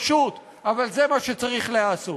ואיננו פשוט, אבל זה מה שצריך להיעשות.